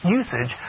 usage